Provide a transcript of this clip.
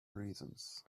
reasons